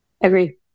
Agree